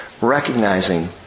recognizing